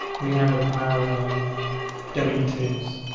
we have a pile of w two s,